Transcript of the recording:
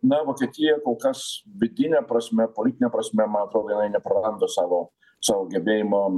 na vokietija kol kas vidine prasme politine prasme man atro jinai nepraranda savo savo gebėjimo